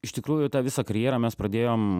iš tikrųjų tą visą karjerą mes pradėjom